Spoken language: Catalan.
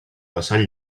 passant